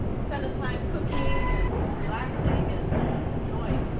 spending time cooking and relaxing and enjoying.